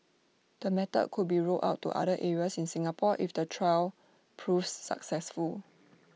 the method could be rolled out to other areas in Singapore if the trial proves successful